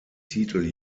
titel